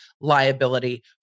liability